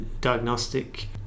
diagnostic